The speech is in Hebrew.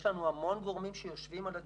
יש לנו המון שיושבים על הדיגומים,